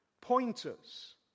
pointers